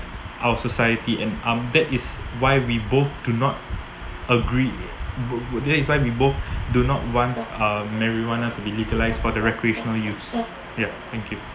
our society and um that is why we both do not agree bu~ bu~ but that is why we both do not want uh marijuana should be legalised for the recreational use and keep